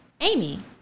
Amy